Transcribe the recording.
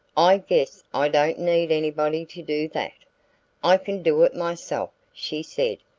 i guess i don't need anybody to do that i can do it myself, she said,